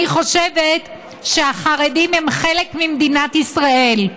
אני חושבת שהחרדים הם חלק ממדינת ישראל.